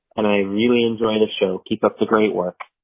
and i really enjoy the show. keep up the great work